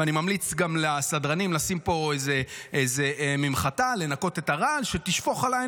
ואני ממליץ גם לסדרנים לשים פה איזה ממחטה לנקות את הרעל שתשפוך עליי.